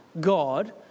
God